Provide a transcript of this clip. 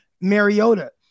Mariota